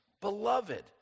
beloved